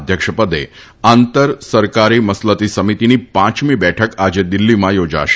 અધ્યક્ષપદે આંતર સરકારી મસલતી સમિતિની પાંચમી બેઠક આજે દિલ્હીમાં યોજાશે